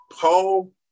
Paul